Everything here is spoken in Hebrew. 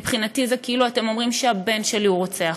מבחינתי זה כאילו אתם אומרים שהבן שלי הוא רוצח.